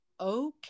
okay